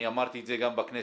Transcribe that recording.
אני אמרתי את זה גם בכנסת.